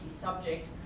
subject